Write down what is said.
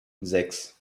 sechs